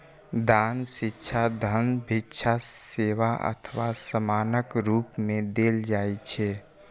दान शिक्षा, धन, भिक्षा, सेवा अथवा सामानक रूप मे देल जाइ छै